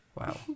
Wow